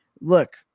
look